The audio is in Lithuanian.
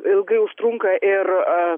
ilgai ilgai užtrunka ir